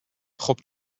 خوب